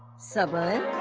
someone.